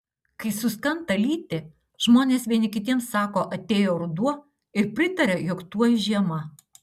kai suskanta lyti žmonės vieni kitiems sako atėjo ruduo ir pritaria jog tuoj žiema